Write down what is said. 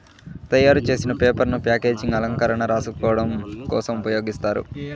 తయారు చేసిన పేపర్ ను ప్యాకేజింగ్, అలంకరణ, రాసుకోడం కోసం ఉపయోగిస్తారు